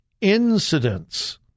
incidents